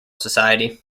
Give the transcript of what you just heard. society